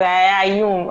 זה היה איום.